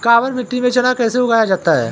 काबर मिट्टी में चना कैसे उगाया जाता है?